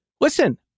listen